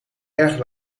erg